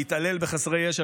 להתעלל בחסרי ישע.